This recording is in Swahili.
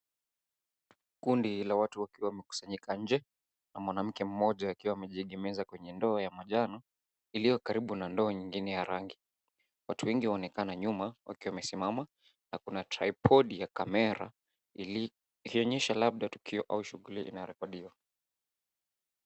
Kundi la watu wakiwa wamekusanyika nje na mwanamke mmoja akiwa amejiegemeza kwenye ndoo ya manjano iliyo karibu na ndoo nyingine ya rangi. Watu wengi wanaonekana nyuma wakiwa wamesimama na kuna [cs ] tripod [cs ] ya kamera ikionyesha labda tukio au shughuli inayo rekodiwa.